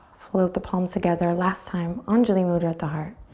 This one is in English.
float the palms together. last time, anjuli mudra at the heart.